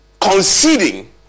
conceding